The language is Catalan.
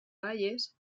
baies